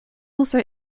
also